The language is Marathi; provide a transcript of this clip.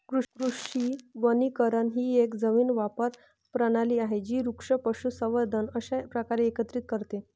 कृषी वनीकरण ही एक जमीन वापर प्रणाली आहे जी वृक्ष, पशुसंवर्धन अशा प्रकारे एकत्रित करते